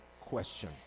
question